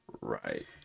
Right